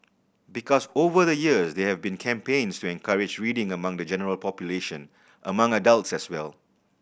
because over the years there have been campaigns to encourage reading among the general population among adults as well